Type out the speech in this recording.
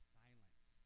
silence